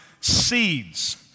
Seeds